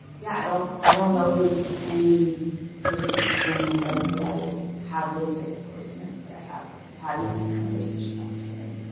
yeah, i don't i don't know if there's any person ever in my life who i will have this type of closeness that i have had with my grandmother since she passed away.